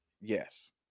Yes